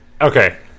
Okay